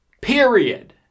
Period